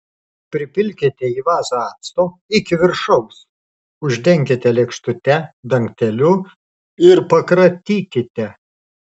pripilkite į vazą acto iki viršaus uždenkite lėkštute dangteliu ir pakratykite